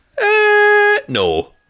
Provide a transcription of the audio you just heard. No